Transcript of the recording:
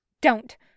Don't